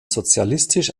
sozialistisch